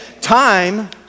time